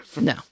No